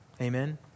Amen